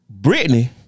Britney